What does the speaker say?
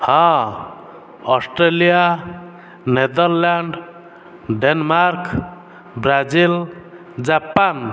ହଁ Australia Netherlands Denmark Brazil Japan